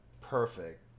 perfect